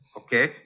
Okay